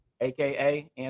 aka